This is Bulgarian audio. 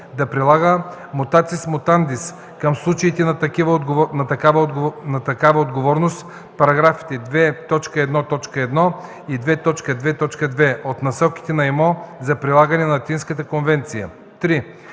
да прилага mutatis mutandis към случаите на такава отговорност параграфи 2.1.1 и 2.2.2 от Насоките на ИМО за прилагане на Атинската конвенция.